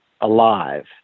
alive